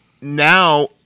now